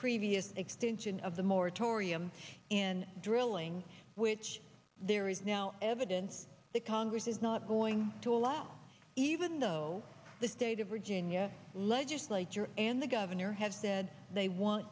previous extension of the moratorium in drilling which there is now evidence that congress is not going to allow even though the state of virginia legislature and the governor have said they want